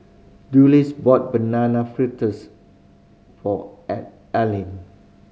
Dulce bought Banana Fritters for Alaina